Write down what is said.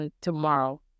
tomorrow